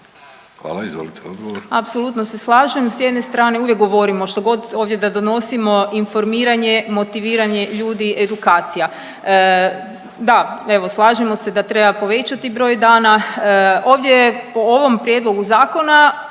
Hvala, izvolite odgovor.